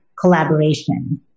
collaboration